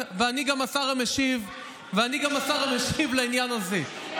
אולי בשלה העת לרדת.